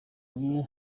ubu